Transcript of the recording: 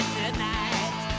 tonight